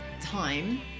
time